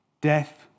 Death